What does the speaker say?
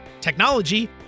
technology